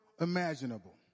imaginable